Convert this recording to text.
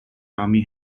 army